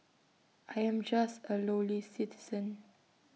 I am just A lowly citizen